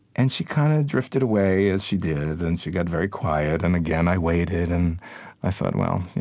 and she kind of drifted away, as she did, and she got very quiet. and again, i waited. and i thought, well,